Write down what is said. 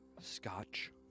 Scotch